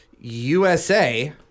USA